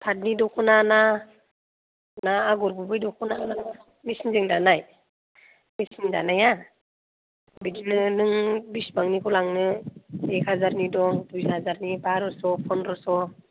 फाथनि दख'ना ना आगर गुबै दखना ना मिचिनजों दानाय मिचिनजों दानाया बिदिनो नों बिसिबांनिखौ लांनो एक हाजारनि दं दुइ हाजारनि बार'स' फनद्रस'